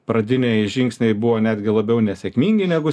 pradiniai žingsniai buvo netgi labiau nesėkmingi negu